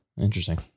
interesting